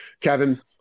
Kevin